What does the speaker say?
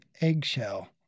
eggshell